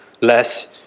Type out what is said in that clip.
less